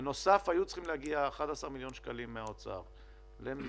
בנוסף היו צריכים להגיע 11 מיליון שקלים מהאוצר לעירייה,